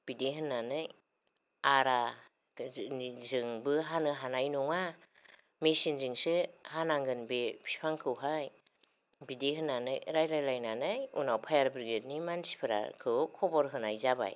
बिदि होननानै आरानिजोंबो हानो हानाय नङा मेसिनजोंसो हानांगोन बे फिफांखौहाय बिदि होननानै रायलायलायनानै उनाव फायार ब्रिगेड मानसिफोरखौ खबर होनाय जाबाय